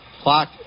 Clock